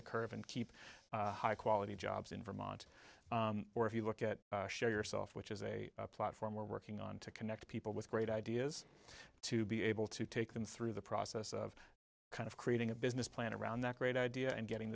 the curve and keep high quality jobs in vermont or if you look at yourself which is a platform we're working on to connect people with great ideas to be able to take them through the process of kind of creating a business plan around that great idea and getting